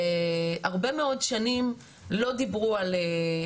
והרבה מאוד שנים לא דיברו על,